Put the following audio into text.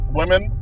women